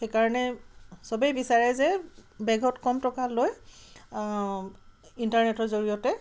সেইকাৰণে চবেই বিচাৰে যে বেগত কম টকা লৈ ইণ্টাৰনেটৰ জৰিয়তে